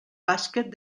bàsquet